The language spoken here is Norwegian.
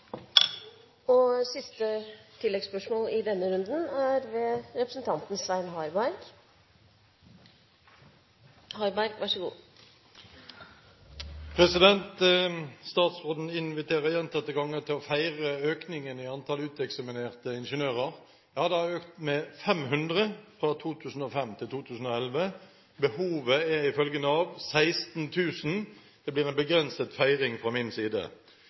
Svein Harberg – til siste oppfølgingsspørsmål. Statsråden inviterer gjentatte ganger til å feire økningen i antall uteksaminerte ingeniører. Ja, de har økt med 500 fra 2005 til 2011. Behovet er, ifølge Nav, 16 000. Det blir en begrenset feiring fra min side!